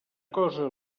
cosa